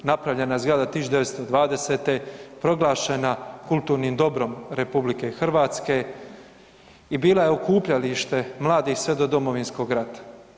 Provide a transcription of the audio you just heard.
Napravljena zgrada 1920., proglašena kulturnim dobrom RH i bila je okupljalište mladih sve do Domovinskog rata.